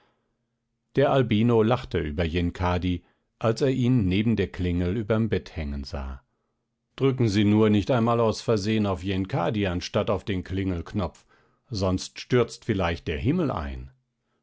der albino lachte über yenkadi als er ihn neben der klingel überm bett hängen sah drücken sie nur nicht einmal aus versehen auf yenkadi anstatt auf den klingelknopf sonst stürzt vielleicht der himmel ein